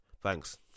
thanks